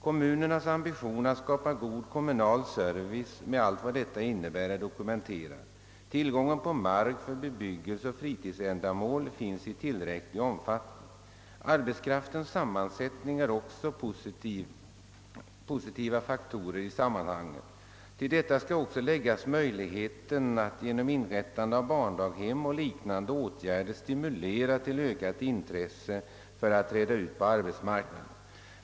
Kommunernas ambition att skapa god service, med allt vad detta innebär, är dokumenterad. Tillgången på mark för bebyggelse och fritidsändamål är tillräcklig. Arbetskraftens sammansättning är också en positiv faktor i sammanhanget. Till detta skall läggas möjligheten av att genom inrättande av barndaghem och liknande åtgärder åstadkomma ett ökat intresse att träda ut på arbetsmarknaden.